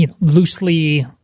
loosely